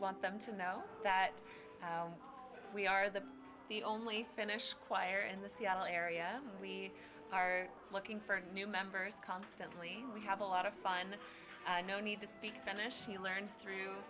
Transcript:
want them to know that we are the the only finnish choir in the seattle area we are looking for new members constantly we have a lot of fun and no need to speak spanish she learned through